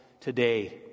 today